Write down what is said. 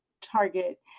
target